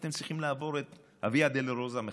אתם צריכים לעבור את הוויה דולורוזה מחדש.